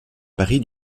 paris